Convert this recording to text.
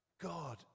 God